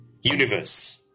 universe